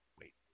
wait